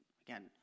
again